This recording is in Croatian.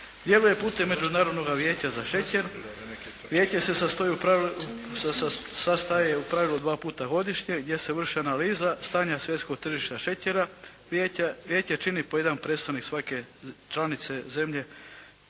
Djeluje putem Međunarodnoga vijeća za šećer. Vijeće se sastaje u pravilu dva puta godišnje gdje se vrši analiza stanja svjetskog tržišta šećera. Vijeće čini po jedan predstavnik svake članice zemlje